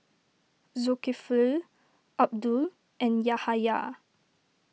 Zulkifli Abdul and Yahaya